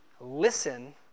listen